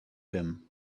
him